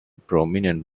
prominent